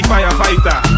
Firefighter